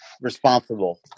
responsible